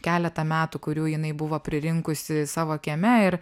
keletą metų kurių jinai buvo pririnkusi savo kieme ir